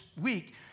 week